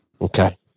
Okay